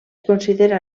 considera